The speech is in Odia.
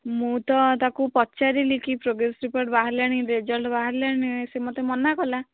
ମୁଁ ତ ତାକୁ ପଚାରିଲି କି ପ୍ରୋଗ୍ରେସ୍ ରିପୋର୍ଟ ବାହାରିଲାଣି ରେଜଲ୍ଟ ବାହାରିଲାଣି ନା ନାଇଁ ସେ ମୋତେ ମନାକଲା